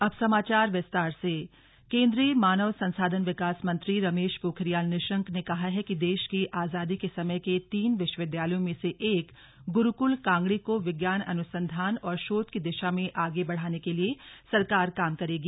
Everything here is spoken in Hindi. अब समाचार विस्तार से शिलान्यास निशंक केंद्रीय मानव संसाधन विकास मंत्री रमेश पोखरियाल निशंक ने कहा है कि देश की आजादी के समय के तीन विश्वविद्यालयों में से एक गुरुकुल कांगड़ी को विज्ञान अनुसंधान और शोध की दिशा में आगे बढ़ाने के लिए सरकार काम करेगी